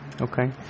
okay